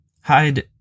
hide